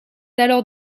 alors